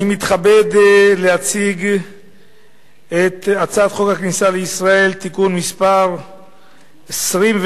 אני מתכבד להציג את הצעת חוק הכניסה לישראל (תיקון מס' 23)